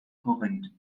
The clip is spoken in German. korinth